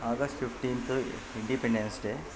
August fifteenth independence day